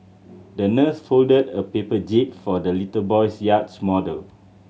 the nurse folded a paper jib for the little boy's yacht model